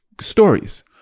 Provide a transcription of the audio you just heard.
Stories